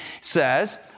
says